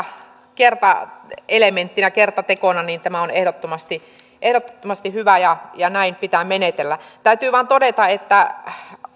kertaelementtinä kertatekona tämä on ehdottomasti ehdottomasti hyvä ja ja näin pitää menetellä täytyy vain todeta että